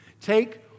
Take